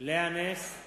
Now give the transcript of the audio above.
לאה נס,